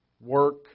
work